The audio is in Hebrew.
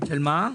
של מה?